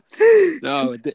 no